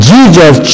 Jesus